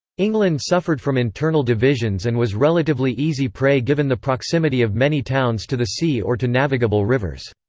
england suffered from internal divisions and was relatively easy prey given the proximity of many towns to the sea or to navigable rivers.